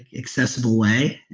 accessible way.